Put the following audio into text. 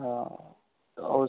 हाँ और